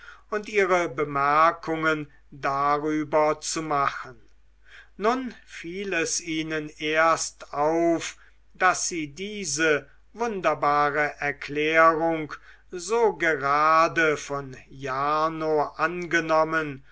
und ihre bemerkungen darüber zu machen nun fiel es ihnen erst auf daß sie diese wunderbare erklärung so gerade von jarno angenommen